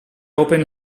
open